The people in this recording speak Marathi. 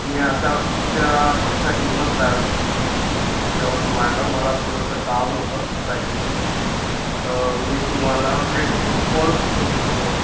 मी आता पुढच्या हफ्त्यात येऊनच राहिलो यवतमाळला मला थोडंसं काम होतंं बॅंंकेचं तर मी तुम्हाला भेटतो कॉल करतो मी तुम्हाला